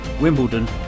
Wimbledon